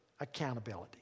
accountability